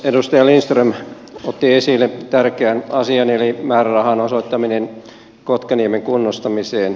edustaja lindström otti esille tärkeän asian eli määrärahan osoittamisen kotkaniemen kunnostamiseen